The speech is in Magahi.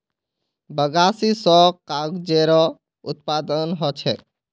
बगासी स कागजेरो उत्पादन ह छेक